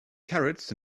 carrots